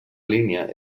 línia